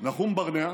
נחום ברנע,